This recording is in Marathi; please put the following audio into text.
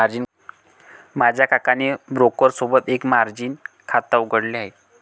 माझ्या काकाने ब्रोकर सोबत एक मर्जीन खाता उघडले आहे